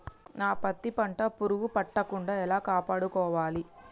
నా పత్తి పంట పురుగు పట్టకుండా ఎలా కాపాడుకోవాలి?